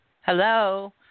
Hello